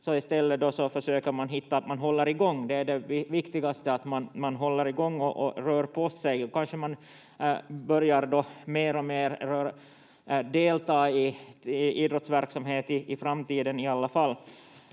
i stället försöker hitta sätt att hålla igång. Det är det viktigaste, att man man håller igång och rör på sig, och kanske man börjar mer och mer delta i idrottsverksamhet i framtiden